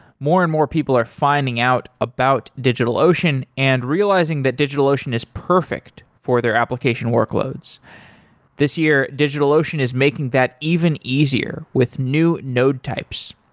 more and more people are finding out about digitalocean and realizing that digitalocean is perfect for their application workloads this year, digitalocean is making that even easier with new node types.